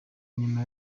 nyuma